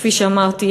כפי שאמרתי,